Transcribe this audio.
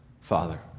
Father